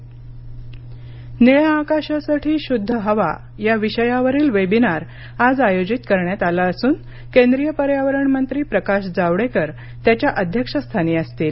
जावडेकर निळ्या आकाशासाठी शुद्ध हवा या विषयावरील वेबिनार आज आयोजित करण्यात आलं असून केंद्रीय पर्यावरणमंत्री प्रकाश जावडेकर त्याच्या अध्यक्षस्थानी असतील